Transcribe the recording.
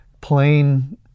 plain